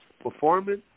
performance